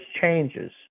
changes